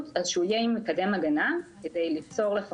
אז שהוא יהיה עם מקדם הגנה כדי ליצור הגנה